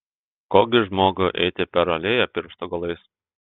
ko gi žmogui eiti per alėją pirštų galais